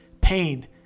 pain